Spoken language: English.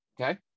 Okay